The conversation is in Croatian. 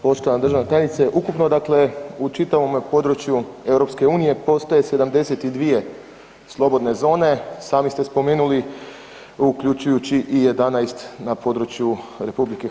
Poštovana državna tajnice, ukupno dakle u čitavom području EU postoje 72 slobodne zone, sami ste spomenuli uključujući i 11 na području RH.